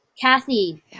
Kathy